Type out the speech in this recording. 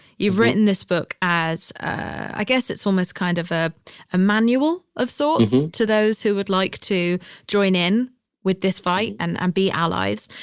you've written this book as i guess it's almost kind of a a manual of sorts to those who would like to join in with this fight and um be allies.